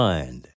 Mind